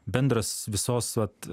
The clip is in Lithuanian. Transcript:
bendras visos vat